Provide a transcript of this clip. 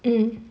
mm